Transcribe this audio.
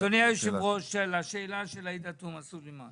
אדוני היושב ראש, לגבי השאלה של עאידה תומא סלימאן